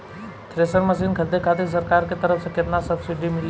Thresher machine खरीदे खातिर सरकार के तरफ से केतना सब्सीडी मिली?